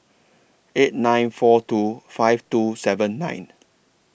eight nine four two five two seven nine